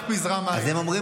רק פיזרה מים.